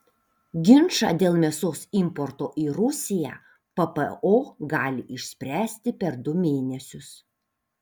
ginčą dėl mėsos importo į rusiją ppo gali išspręsti per du mėnesius